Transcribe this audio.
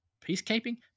Peacekeeping